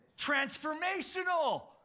transformational